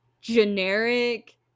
generic